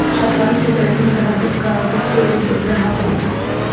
ಸ್ವಲ್ಪ ಬೆಳದಿಂದ ಅದಕ್ಕ ಅಗತ್ಯ ಇರು ಗೊಬ್ಬರಾ ಹಾಕುದು